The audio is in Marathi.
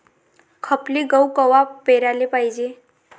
खपली गहू कवा पेराले पायजे?